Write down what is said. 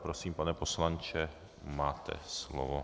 Prosím, pane poslanče, máte slovo.